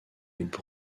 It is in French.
avec